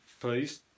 please